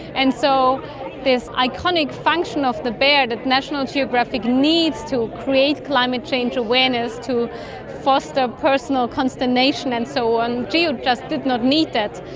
and so this iconic function of the bear that national geographic needs to create climate change awareness, to foster personal consternation and so on, geo just did not need that.